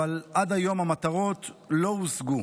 אבל עד היום המטרות לא הושגו.